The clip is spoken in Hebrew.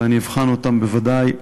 ואני אבחן אותם, בוודאי,